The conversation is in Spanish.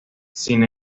sin